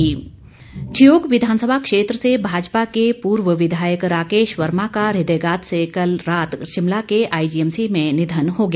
निघन शोक ठियोग विधानसभा क्षेत्र से भाजपा के पूर्व विधायक राकेश वर्मा का हृदयघात से कल रात शिमला के आईजीएमसी में निधन हो गया